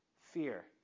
fear